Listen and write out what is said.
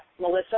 Melissa